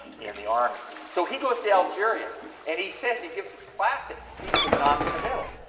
in the army. so, he goes to algeria and he says, he gives this classic speech of non-committal.